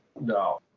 No